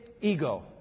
ego